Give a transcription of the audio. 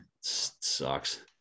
sucks